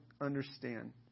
understand